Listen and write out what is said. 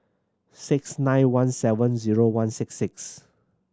six nine one seven zero one six six